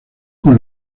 con